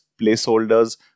placeholders